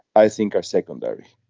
i think our secondary.